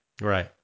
Right